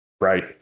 Right